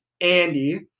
Andy